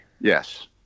Yes